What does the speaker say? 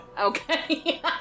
Okay